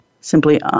simply